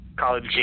College